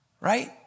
right